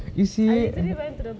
you said